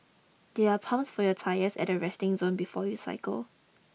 there are pumps for your tyres at the resting zone before you cycle